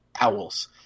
owls